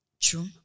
True